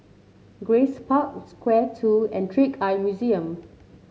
Grace Park Square Two and Trick Eye Museum